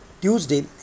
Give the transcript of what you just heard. Tuesday